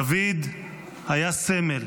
דוד היה סמל.